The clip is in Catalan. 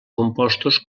compostos